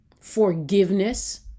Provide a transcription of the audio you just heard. forgiveness